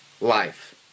Life